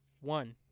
One